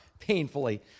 painfully